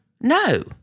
No